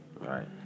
right